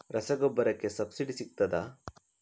ರಸಗೊಬ್ಬರಕ್ಕೆ ಸಬ್ಸಿಡಿ ಸಿಗ್ತದಾ?